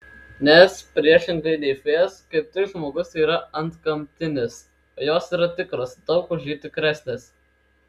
nes priešingai nei fėjos kaip tik žmogus yra antgamtinis o jos yra tikros daug už jį tikresnės